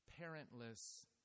parentless